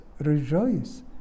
rejoice